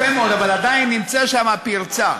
יפה מאוד, אבל עדיין יש שם פרצה.